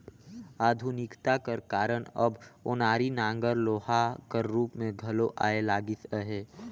आधुनिकता कर कारन अब ओनारी नांगर लोहा कर रूप मे घलो आए लगिस अहे